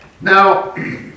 Now